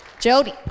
Jody